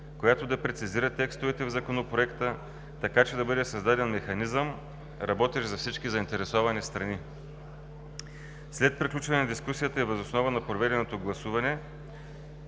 която да прецизира текстовете в Законопроекта, така че да бъде създаден механизъм, работещ за всички заинтересовани страни. След приключване на дискусията и въз основа на проведеното гласуване